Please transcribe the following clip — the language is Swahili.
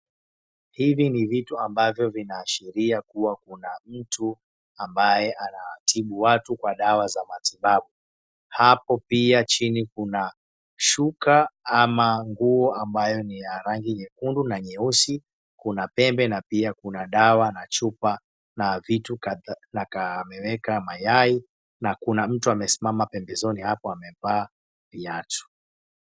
Hivi ni vitu ambavyo vinaashiria kuwa kuna mtu ambaye anatibu watu kwa dawa za matibabu. Hapo pia chini kuna shuka ama nguo ambayo ni ya rangi nyekundu na nyeusi, kuna pembe na pia kuna dawa na chupa na vitu na ameweka mayai na kuna mtu amesimama pembezoni na amevaa viatu.